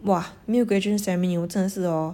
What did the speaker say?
!wah! 没有 graduation ceremony 我真的是 hor